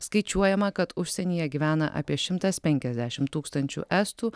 skaičiuojama kad užsienyje gyvena apie šimtas penkiasdešimt tūkstančių estų